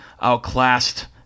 outclassed